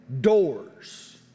doors